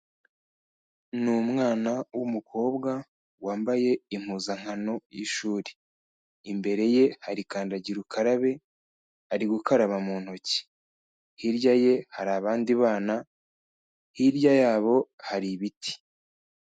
Ni umwana w'umukobwa wambaye impuzankano y'ishuri, imbere ye hari kandagira ukarabe, ari gukaraba mu ntoki, hirya ye hari abandi bana, hirya yabo hari ibiti.